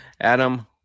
Adam